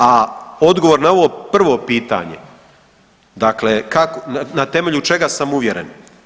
A odgovor na ovo prvo pitanje dakle kako, na temelju čega sam uvjeren.